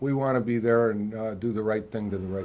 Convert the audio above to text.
we want to be there and do the right thing to the